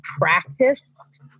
practiced